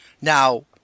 Now